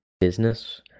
business